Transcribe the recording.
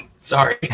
Sorry